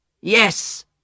yes